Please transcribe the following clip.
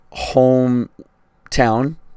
hometown